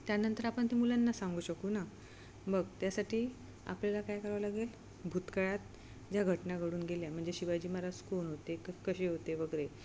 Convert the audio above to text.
त्यानंतर आपण ते मुलांना सांगू शकू ना मग त्यासाठी आपल्याला काय करावं लागेल भूतकाळात ज्या घटना घडून गेल्या म्हणजे शिवाजी महाराज कोण होते क कसे होते वगैरे